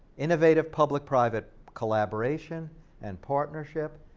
innovative public-private collaboration and partnership,